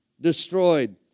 destroyed